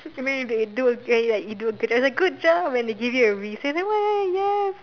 you mean if you do like like you do a good job then they're like good job and they give you a Reese then yes